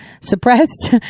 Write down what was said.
suppressed